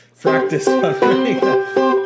practice